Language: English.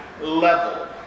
level